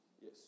Yes